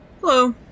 hello